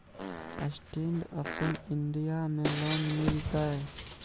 Stand up India में लोन मिलते?